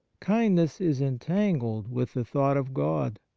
kindness is entangled with the thought of god!